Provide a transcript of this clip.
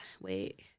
Wait